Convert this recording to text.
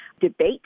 debate